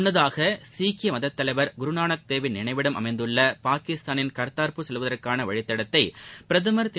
முன்னதாக சீக்கிய மதத்தலைவர் குருநானக் தேவ் ன் நினைவிடம் அமைந்துள்ள பாகிஸ்தானின் காதாாபூர் செல்வதற்கான வழித்தடத்தை பிரதமா்திரு